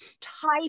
type